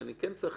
כי אני כן צריך,